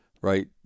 right